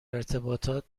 ارتباطات